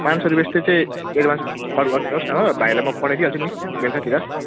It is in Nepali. पाँच सय रुपियाँ यस्तरी चाहिँ एडभान्स खबर गरिदिनु होस् न हो भाइलाई म पठाइदिइहाल्छु नि बेलुकातिर